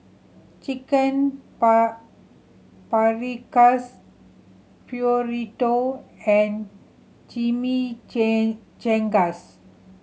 Chicken Paprikas Burrito and